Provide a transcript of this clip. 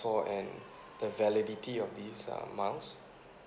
for and the validity of these um miles